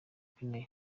guinea